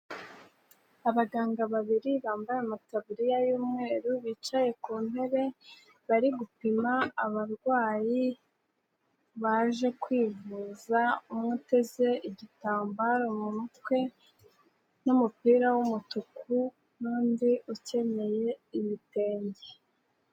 Abaganga babiri bambaye amatabriya y'umweru bicaye ku ntebe bari gupima abarwayi baje kwivuza, umwe uteze igitambaro mu mutwe n'umupira w'umutuku n'undi ukeneyenye ibitenge.